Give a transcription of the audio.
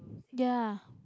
ya